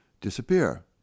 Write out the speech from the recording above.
disappear